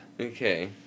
Okay